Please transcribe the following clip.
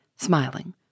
smiling